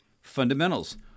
Fundamentals